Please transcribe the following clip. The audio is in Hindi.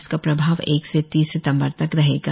इसका प्रभाव एक से तीस सितंबर तक रहेगा